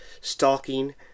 stalking